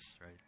right